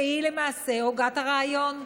שהיא למעשה הוגת הרעיון,